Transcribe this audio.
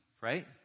right